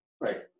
right